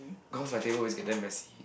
cause my table is get damn messy